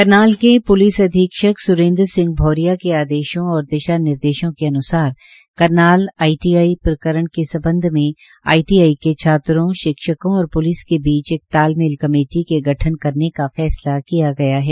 करनाल के प्लिस अधीक्षक सुरेन्द्र सिंह औरिया के आदेशों और दिशा निर्देशो के अन्सार करनाल आईटीआई प्रकरण के संबंध में आईटीआई के छात्रों शिक्षकों और प्लिस के बीच एक तालमेल कमेटी का गठन करने का फैसला किया गया है